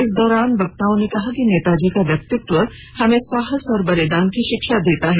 इस दौरान वक्ताओं ने कहा कि नेताजी का व्यक्तित्व हमें साहस और बलिदान की शिक्षा देता है